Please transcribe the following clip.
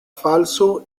falso